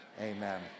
Amen